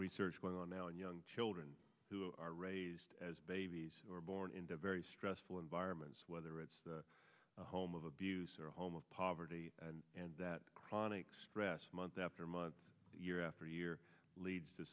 research going on now in young children who are raised as babies or born into very stressful environments whether it's a home of abuse or a home of poverty and that chronic stress month after month year after year leads to